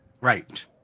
Right